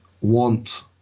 want